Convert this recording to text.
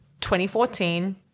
2014